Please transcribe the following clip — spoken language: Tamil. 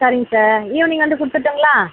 சரிங்க சார் ஈவ்னிங் வந்து கொடுத்துட்டுங்களா